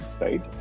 right